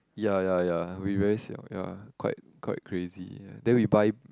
ya ya ya we very siao ya quite quite crazy ya then we buy